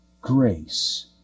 Grace